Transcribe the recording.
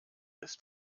ist